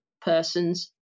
person's